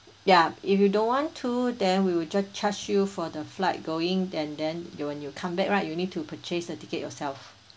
ya if you don't want to then we will just charge you for the flight going and then you when you come back right you need to purchase the ticket yourself